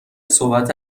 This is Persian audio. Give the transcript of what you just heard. صحبت